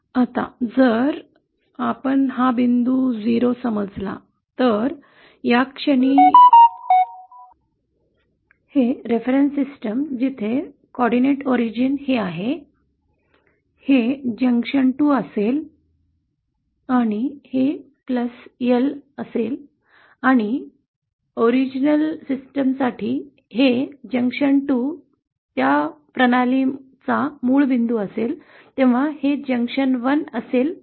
आता जर आपण हा बिंदू 0 समजला तर या क्षणी निर्देशांकाचा उगम असलेल्या संदर्भ प्रणालीसाठी हे जंक्शन 2 असेल L आणि मूळ प्रणालीसाठी जेव्हा हे जंक्शन 2 त्या प्रणालीचा मूळ बिंदू असेल तेव्हा हे जंक्शन 1 असेल L